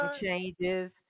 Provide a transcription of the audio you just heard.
changes